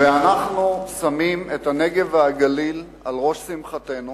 אנחנו שמים את הנגב והגליל על ראש שמחתנו,